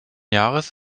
jahres